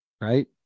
right